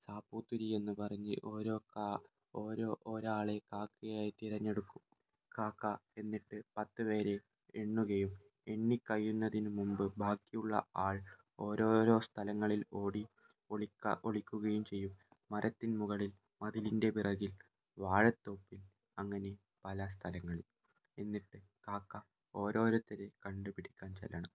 സാപ്പൂത്തിരി എന്ന് പറഞ്ഞ് ഓരോ ഒരാളെ കാക്കയായി തിരഞ്ഞെടുക്കും കാക്ക എന്നിട്ട് പത്ത് പേരെ എണ്ണുകയും എണ്ണിക്കഴിയുന്നതിന് മുൻപ് ബാക്കിയുള്ള ആൾ ഓരോരോ സ്ഥലങ്ങളിൽ ഓടി ഒളിക്ക ഒളിക്കുകയും ചെയ്യും മരത്തിൻമുകളിൽ മതിലിൻ്റെ പിറകിൽ വാഴത്തോപ്പിൽ അങ്ങനെ പല സ്ഥലങ്ങളിൽ എന്നിട്ട് കാക്ക ഓരോരുത്തരെ കണ്ടുപിടിക്കാൻ ചെല്ലണം